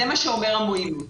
זה מה שאומרת המועילות.